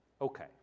okay